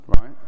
right